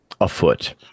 afoot